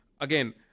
Again